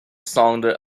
sounded